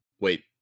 Wait